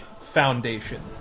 foundation